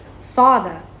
father